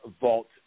vault